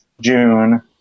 June